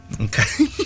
Okay